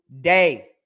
day